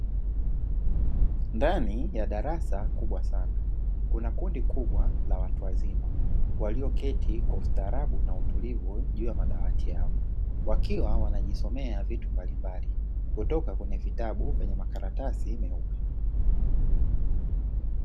Ndani ya darasa kubwa sana kuna Kundi kubwa la watu wazima, walioketi kwa ustaarabu na utulivu juu ya madawati yao; wakiwa wanajisomea vitu mbalimbali kutoka kwenye vitabu vyenye makaratasi meupe.